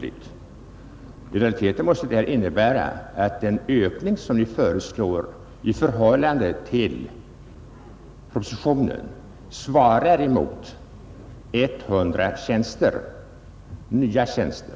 I realiteten måste detta innebära att den ökning som föreslås i förhållande till propositionen endast svarar mot drygt 200 nya tjänster.